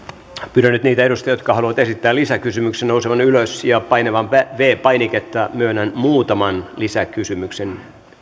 pyydän nyt niitä edustajia jotka haluavat esittää lisäkysymyksiä nousemaan ylös ja painamaan viides painiketta myönnän muutaman lisäkysymyksen